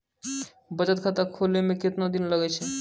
बचत खाता खोले मे केतना दिन लागि हो?